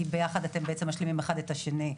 כי ביחד אתם בעצם משלימים אחד את השני.